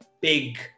big